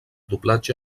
doblatge